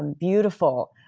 um beautiful,